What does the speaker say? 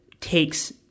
takes